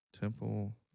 Temple